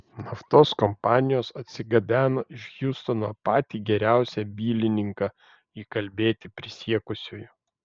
naftos kompanijos atsigabeno iš hjustono patį geriausią bylininką įkalbėti prisiekusiųjų